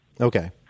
Okay